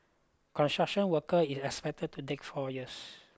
construction worker is expected to take four years